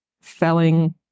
felling